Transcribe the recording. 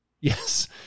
Yes